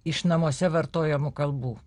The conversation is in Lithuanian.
iš namuose vartojamų kalbų